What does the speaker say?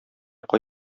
кай